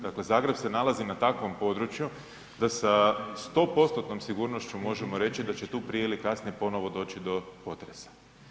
Dakle, Zagreb se nalazi na takvom području da sa 100%-tnom sigurnošću možemo reći da će tu prije ili kasnije ponovo doći do potresa.